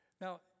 Now